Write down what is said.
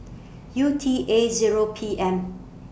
U T A Zero P M